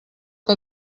que